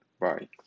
Bye